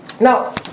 Now